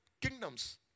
kingdoms